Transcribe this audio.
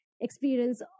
experience